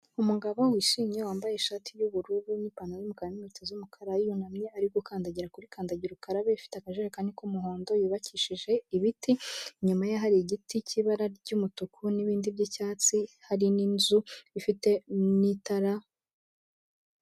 Umugabo wishimye wambaye ishati y'ubururu n'ipantaro y'umukara n''kweto z'umukara yunamye, ari gukandagira kuri kandagira ukarabe ifite akajarekani k'umuhondo yubakishije ibiti, inyuma ye hari igiti cy'ibara ry'umutuku n'ibindi by'icyatsi, hari n'inzu ifite n'itara.